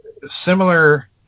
similar